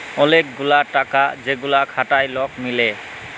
ওলেক গুলা টাকা যেগুলা খাটায় লক মিলে